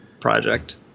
project